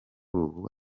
ubu